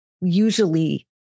usually